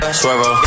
swervo